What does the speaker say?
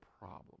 problem